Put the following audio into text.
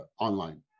online